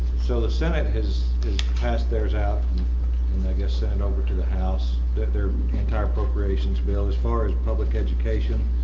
so the senate has passed theirs out and i guess sent it over to the house that their entire appropriations bill. as far as public education